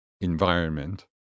environment